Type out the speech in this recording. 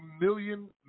million